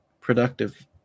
productive